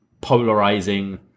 polarizing